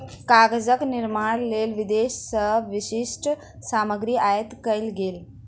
कागजक निर्माणक लेल विदेश से विशिष्ठ सामग्री आयात कएल गेल